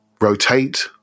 rotate